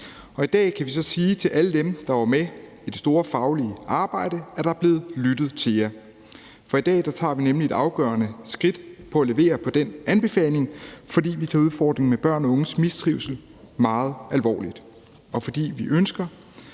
I dag kan vi så sige til alle dem, der var med i det store faglige arbejde: Der er blevet lyttet til jer. For i dag tager vi nemlig et afgørende skridt til at levere på den anbefaling, fordi vi tager udfordringen med børn og unges mistrivsel meget alvorligt, og fordi vi ikke